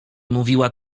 mówiła